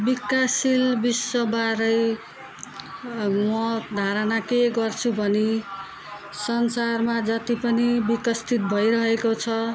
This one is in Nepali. विकासशील विश्व बारे म धारणा के गर्छु भने संसारमा जति पनि विकसित भइरहेको छ